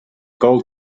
gold